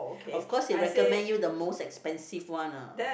of course they recommend you the most expensive one ah